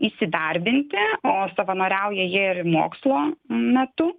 įsidarbinti o savanoriauja jie ir mokslo metu